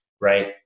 right